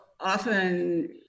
often